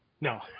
No